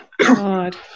God